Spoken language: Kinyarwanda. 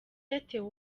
atewe